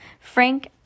Frank